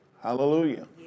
Hallelujah